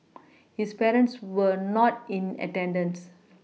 his parents were not in attendance